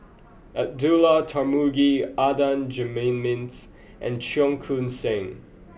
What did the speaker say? Abdullah Tarmugi Adan Jimenez and Cheong Koon Seng